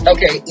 Okay